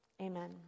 Amen